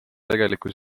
tegeliku